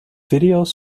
videos